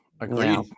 Agreed